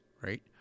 right